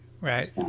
right